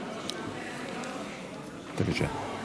בבקשה.